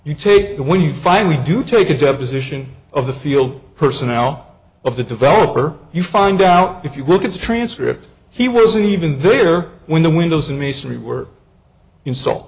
you take the when you finally do take a deposition of the field personnel of the developer you find out if you look at the transcript he was even there when the windows and masonry were insult